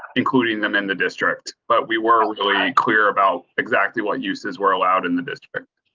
including them in the district, but we were really clear about exactly what uses were allowed in the district.